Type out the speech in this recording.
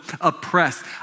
oppressed